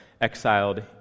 exiled